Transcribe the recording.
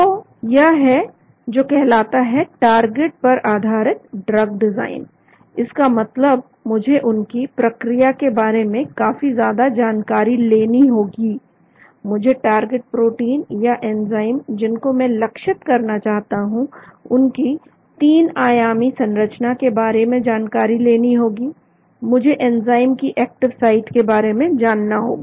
तो यह है जो कहलाता है टारगेट पर आधारित ड्रग डिजाइन इसका मतलब मुझे उनकी प्रक्रिया के बारे में काफी ज्यादा जानकारी लेनी होगी मुझे टारगेट प्रोटीन या एंजाइम जिनको मैं लक्षित करना चाहता हूं उनकी तीन आयामी संरचना के बारे में जानकारी लेनी होगी मुझे एंजाइम की एक्टिव साइट के बारे में जानना होगा